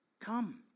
come